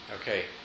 Okay